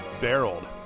barreled